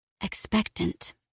Expectant